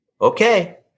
Okay